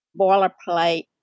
boilerplate